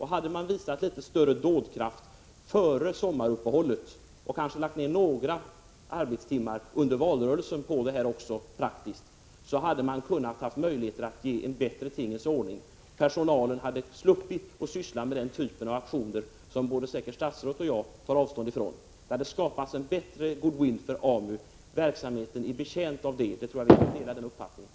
Hade man visat litet större dådkraft före sommaruppehållet, och kanske lagt ned några timmars praktiskt arbete under valrörelsen på detta, hade man kanske kunnat åstadkomma en bättre tingens ordning. Personalen hade sluppit att syssla med den typ av aktioner som säkert både statsrådet och jag tar avstånd från. Det hade skapats en bättre goodwill för AMU. Verksamheten är betjänt av det, den uppfattningen tror jag att vi delar.